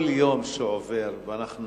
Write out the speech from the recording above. כל יום שעובר, ואנחנו